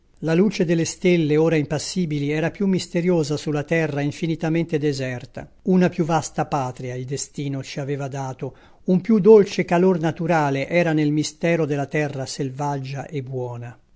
la luce delle stelle ora impassibili era più misteriosa sulla terra infinitamente deserta una più vasta patria il destino ci aveva dato un più dolce calor naturale era nel mistero della terra selvaggia e buona